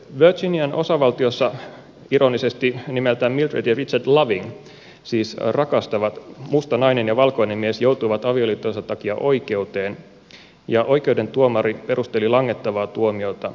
virginian osavaltiossa ironisesti nimeltään mildred ja richard loving siis rakastavat musta nainen ja valkoinen mies joutuivat avioliittonsa takia oikeuteen ja oikeuden tuomari perusteli langettavaa tuomiota näin